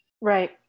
Right